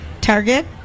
Target